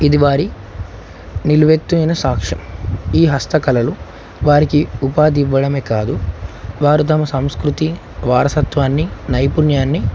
ఇది వారి నిలువెత్తైన సాక్షం ఈ హస్తకళలు వారికి ఉపాధి ఇవ్వడమే కాదు వారు తమ సంస్కృతి వారసత్వాన్ని నైపుణ్యాన్ని